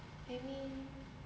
I mean